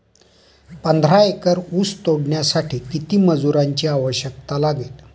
पंधरा एकर ऊस तोडण्यासाठी किती मजुरांची आवश्यकता लागेल?